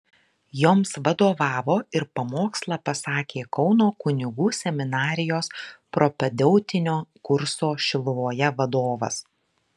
joms vadovavo ir pamokslą pasakė kauno kunigų seminarijos propedeutinio kurso šiluvoje vadovas